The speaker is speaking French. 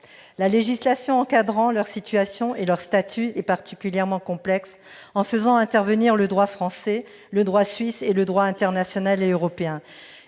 La législation encadrant leur situation et leur statut est particulièrement complexe. Elle fait intervenir le droit français, le droit suisse, ainsi que le droit international et européen.